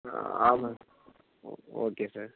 ஆ ஆமாம் ஓ okay sir